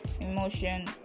emotion